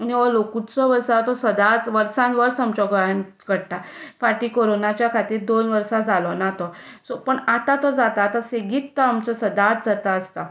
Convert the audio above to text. आनी हो लोकोत्सव आसा तो सदांच वर्सान वर्स आमच्या गोंयांत घडटा फाटी कोरोनाच्या खातीर दोन वर्सां जालो ना तो सो पूण आतां तो जाता तो सेगीत सदांच जाता